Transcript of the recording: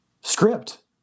Script